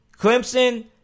Clemson